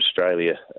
Australia